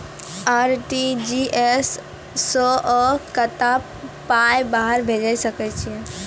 RTGS सअ कतबा पाय बाहर भेज सकैत छी?